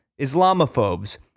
Islamophobes